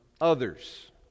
others